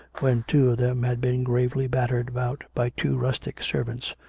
when two of them had been gravely battered about by two rustic servants,